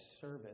service